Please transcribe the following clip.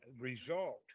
result